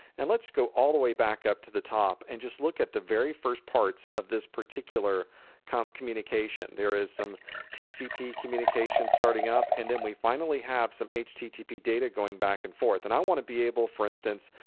and let's go all the way back up to the top and just look at the very first parts of this particular comp communication. there is some tcp communication starting up. and then we finally have some http data going back and forth. and i want to be able, for instance,